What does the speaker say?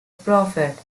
prophet